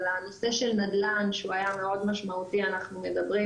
על הנושא של נדל"ן שהוא היה מאוד משמעותי אנחנו מדברים